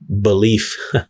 belief